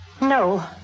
No